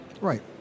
Right